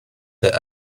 that